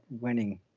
winning